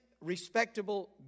respectable